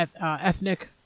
ethnic